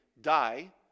die